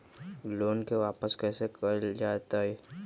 Loan के वापस कैसे कैल जतय?